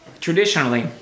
traditionally